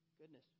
goodness